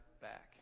back